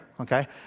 okay